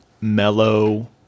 mellow